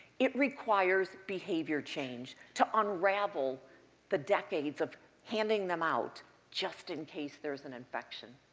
it requires behavior change to unravel the decades of handing them out just in case there's an infection.